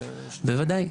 בוודאי.